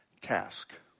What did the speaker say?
task